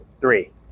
three